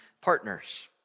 partners